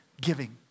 giving